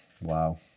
Wow